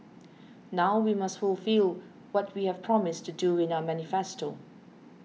now we must fulfil what we have promised to do in our manifesto